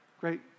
Great